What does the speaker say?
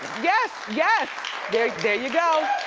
yes, yeah there there you go.